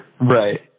Right